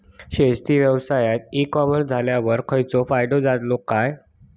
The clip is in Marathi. शेती व्यवसायात ई कॉमर्स इल्यावर खयचो फायदो झालो आसा?